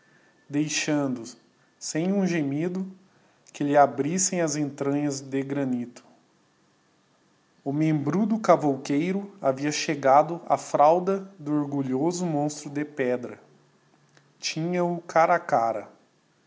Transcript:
deixando sem um gemido que lhe abrissem as entranhas de granito o membrudo cavouqueiro havia chegado á fralda do orgulhoso monstro de pedra tinha-o cara a cara